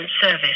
service